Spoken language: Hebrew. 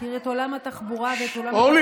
שמכיר את עולם התחבורה, למה, אורלי.